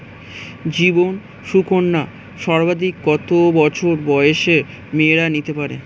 জীবন সুকন্যা সর্বাধিক কত বছর বয়সের মেয়েরা নিতে পারে?